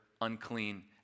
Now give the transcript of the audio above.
unclean